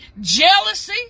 jealousy